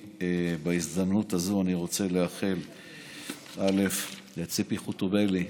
בהזדמנות הזאת אני רוצה לאחל לציפי חוטובלי,